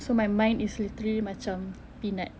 so my mind is literally macam peanut